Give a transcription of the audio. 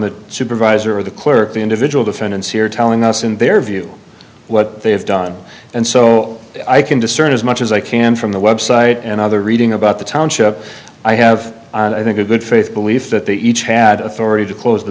the supervisor or the clerk the individual defendants here telling us in their view what they have done and so i can discern as much as i can from the website and other reading about the township i have i think a good faith belief that they each had authority to close the